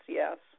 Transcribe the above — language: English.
yes